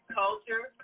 culture